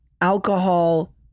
alcohol